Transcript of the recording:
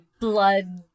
blood